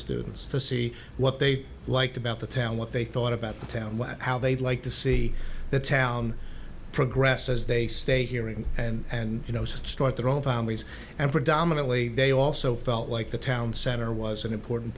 students to see what they liked about the town what they thought about the town what how they'd like to see the town progress as they stay hearing and you know just start their own families and predominantly they also felt like the town center was an important